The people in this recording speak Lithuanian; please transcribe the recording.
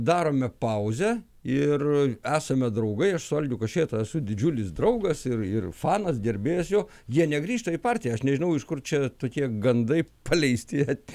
darome pauzę ir esame draugai aš su algiu kašėta su didžiulis draugas ir ir fanas gerbėjas jo jie negrįžta į partiją aš nežinau iš kur čia tokie gandai paleisti